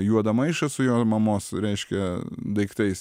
juodą maišą su jo mamos reiškia daiktais